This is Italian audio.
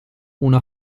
una